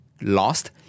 lost